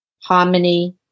harmony